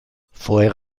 fue